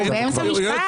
הוא באמצע משפט.